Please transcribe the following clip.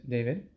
David